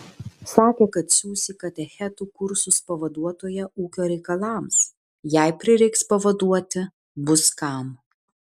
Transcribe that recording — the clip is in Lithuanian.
sakė kad siųs į katechetų kursus pavaduotoją ūkio reikalams jei prireiks pavaduoti bus kam